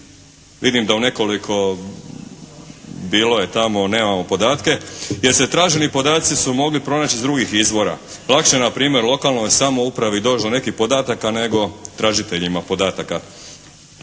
Vidim da u nekoliko, bilo je tamo, nemamo podatke, jer se traženi podaci su mogli pronaći iz drugih izvora. Lakše je npr. lokalnoj samoupravi doći do nekih podataka nego tražiteljima podataka.